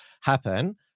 happen